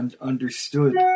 understood